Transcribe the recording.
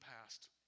past